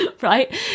right